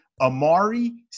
Amari